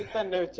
and